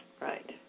Right